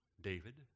David